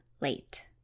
late